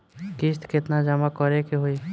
किस्त केतना जमा करे के होई?